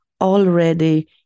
already